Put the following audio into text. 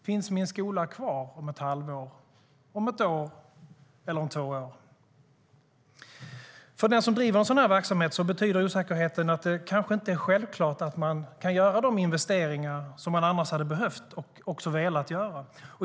Finns min skola kvar om ett halvår, ett år eller två år? För den som driver en sådan här verksamhet betyder osäkerheten att det kanske inte är självklart att man kan göra de investeringar som man annars hade behövt och också velat göra.